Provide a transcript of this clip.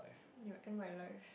you'll end my life